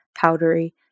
powdery